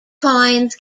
coins